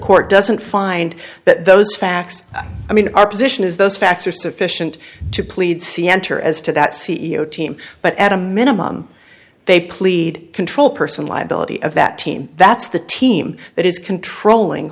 court doesn't find that those facts i mean our position is those facts are sufficient to plead c enter as to that c e o team but at a minimum they plead control person liability of that team that's the team that is controlling